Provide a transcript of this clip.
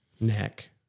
neck